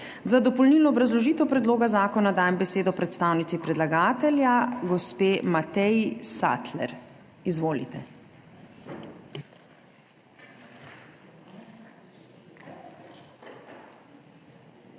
Za dopolnilno obrazložitev predloga zakona dajem besedo predstavnici predlagatelja gospe Mateji Sattler. Izvolite.